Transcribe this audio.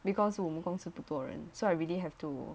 because 我们公司不多人 so I really have to